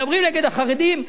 מדברים נגד החרדים,